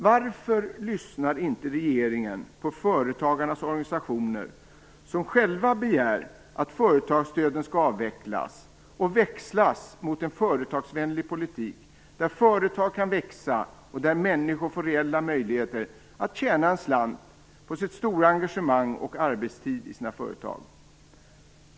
Varför lyssnar inte regeringen på företagarnas organisationer som själva begär att företagsstöden skall avvecklas och växlas mot en företagsvänlig politik där företag kan växa och där människor får reella möjligheter att tjäna en slant på sitt stora engagemang och sin arbetstid i sina företag?